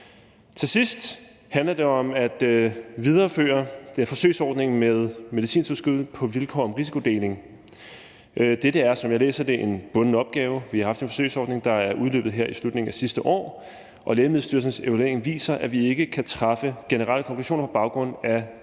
Til sidst handler det om at videreføre den forsøgsordning med medicintilskud på vilkår om risikodeling. Dette er, som jeg læser det, en bunden opgave. Vi har haft en forsøgsordning, der er udløbet her i slutningen af sidste år, og Lægemiddelstyrelsens evaluering viser, at vi ikke kan drage generelle konklusioner på baggrund af den